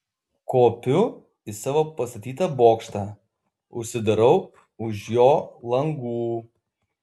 kopiu į savo pastatytą bokštą užsidarau už jo langų